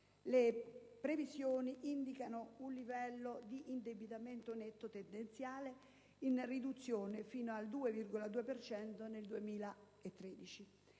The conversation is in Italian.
le previsioni indicano un livello di indebitamento netto tendenziale in riduzione fino al 2,2 per cento